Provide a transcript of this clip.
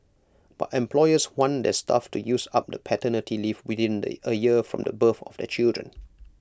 but employers want their staff to use up the paternity leave within A year from the birth of their children